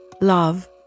love